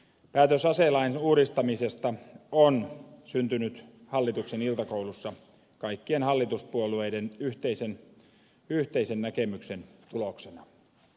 päätös aselain uudistamisesta on syntynyt hallituksen iltakoulussa kaikkien hallituspuolueiden yhteisen näkemyksen tuloksena